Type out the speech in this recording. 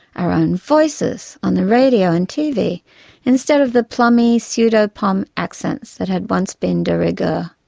our own voices on the radio and tv instead of the plummy pseudo-pom accents that had once been de rigueur.